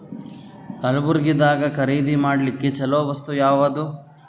ಕಲಬುರ್ಗಿದಾಗ ಖರೀದಿ ಮಾಡ್ಲಿಕ್ಕಿ ಚಲೋ ವಸ್ತು ಯಾವಾದು?